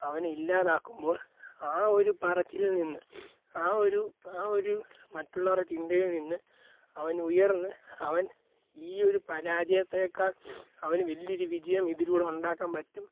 അവനെ ഇല്ലാതാക്കുമ്പോൾ ആ ഒരു പറച്ചിലിൽ നിന്ന് ആ ഒരു ആ ഒരു മറ്റുള്ളവരുടെ ചിന്തയിൽ നിന്ന് അവനുയർന്ന് അവൻ ഈ ഒരു പരാജയത്തേക്കാൾ അവനു വലിയൊരു വിജയം ഇതിലൂടെ ഉണ്ടാക്കാൻ പറ്റും